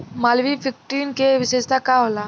Malviya fifteen के विशेषता का होला?